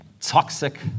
toxic